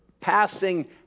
passing